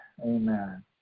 Amen